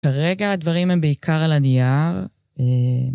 כרגע הדברים הם בעיקר על הנייר.